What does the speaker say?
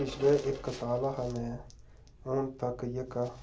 पिछले इक साल हा में हून तक जेह्का